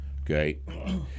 okay